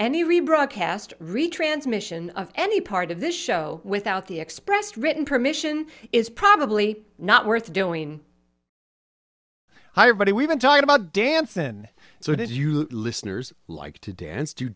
any rebroadcast retransmission of any part of this show without the expressed written permission is probably not worth doing higher body we've been talking about dancin so if you listeners like to dance